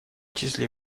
числе